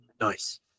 Nice